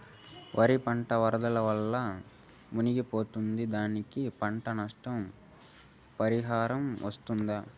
వరి పంట వరదల వల్ల మునిగి పోయింది, దానికి పంట నష్ట పరిహారం వస్తుందా?